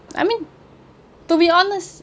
I mean to be honest